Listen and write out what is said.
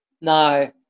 No